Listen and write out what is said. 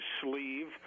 sleeve